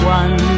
one